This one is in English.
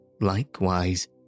Likewise